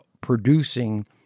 producing